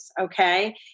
Okay